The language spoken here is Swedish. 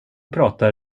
pratar